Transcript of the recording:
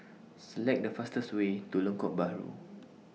Select The fastest Way to Lengkok Bahru